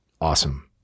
Awesome